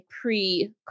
pre